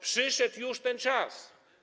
Przyszedł już ten czas.